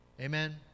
Amen